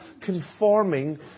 conforming